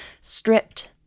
Stripped